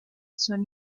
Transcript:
son